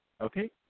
Okay